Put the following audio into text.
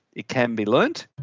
it can be learned.